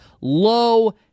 Low